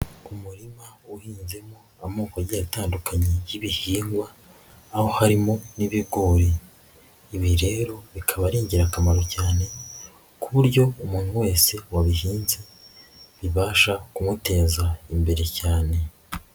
Umurima uhinzemo amoko agiye atandukanye y'ibihingwa, aho harimo n'ibigori, ibi rero bikaba ari ingirakamaro cyane ku buryo umuntu wese wabihinze bibasha kumuteza imbere cyane.